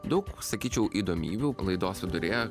daug sakyčiau įdomybių laidos viduryje